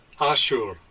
Ashur